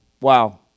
Wow